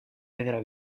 pedra